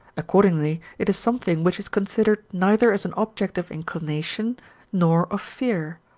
accordingly it is something which is considered neither as an object of inclination nor of fear,